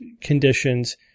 conditions